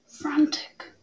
Frantic